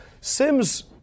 Sims